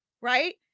right